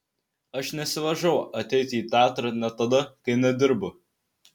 aš nesivaržau ateiti į teatrą net tada kai nedirbu